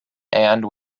and